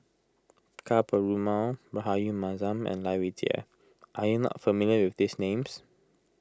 Ka Perumal Rahayu Mahzam and Lai Weijie are you not familiar with these names